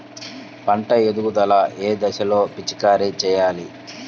పంట ఎదుగుదల ఏ దశలో పిచికారీ చేయాలి?